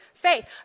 faith